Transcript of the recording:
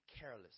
careless